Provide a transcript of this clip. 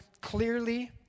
clearly